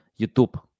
YouTube